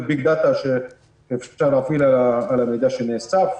ביג-דאטה שאפשר להפעיל על המידע שנאסף,